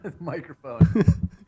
microphone